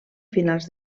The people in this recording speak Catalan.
finals